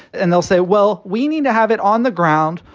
and they'll say, well, we need to have it on the ground.